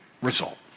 result